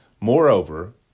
Moreover